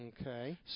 Okay